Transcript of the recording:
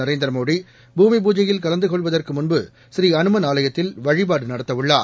நரேந்திரமோடி பூமி பூஜையில் கலந்துகொள்வதற்குமுன்பு புநீஅனுமன் ஆலயத்தில் வழிபாடுநடத்தவுள்ளார்